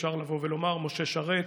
אפשר לבוא ולומר: משה שרת,